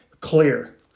clear